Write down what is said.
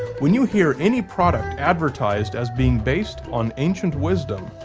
when you hear any product advertised as being based on ancient wisdom,